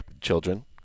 children